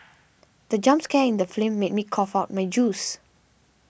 the jump scare in the film made me cough out my juice